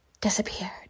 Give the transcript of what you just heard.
disappeared